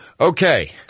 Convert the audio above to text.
Okay